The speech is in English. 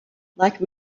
like